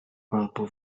albo